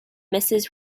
mrs